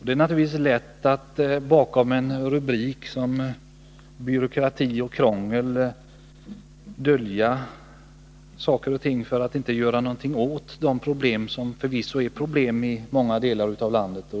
Det är naturligtvis lätt att bakom en rubrik om byråkrati och krångel dölja olika förhållanden för att inte behöva göra någonting åt de problem som förvisso är problem i många delar av landet.